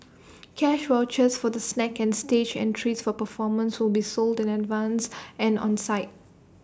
cash vouchers for the snacks and stage entries for performances will be sold in advance and on site